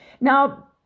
now